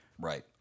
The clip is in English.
Right